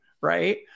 right